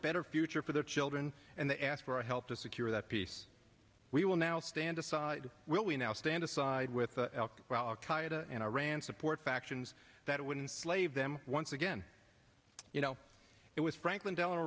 better future for their children and they ask for help to secure that peace we will now stand aside will we now stand aside with alcohol qaeda and iran support factions that wouldn't slave them once again you know it was franklin delano